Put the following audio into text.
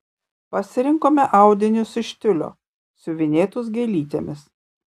pasirinkome audinius iš tiulio siuvinėtus gėlytėmis